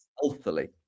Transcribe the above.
healthily